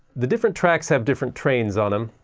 the different tracks have different trains on them